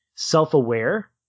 Self-aware